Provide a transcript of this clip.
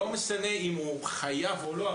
לא משנה אם הוא חייב או לא,